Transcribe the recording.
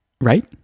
right